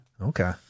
Okay